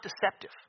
deceptive